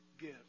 give